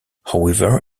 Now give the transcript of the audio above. however